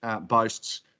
boasts